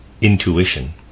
intuition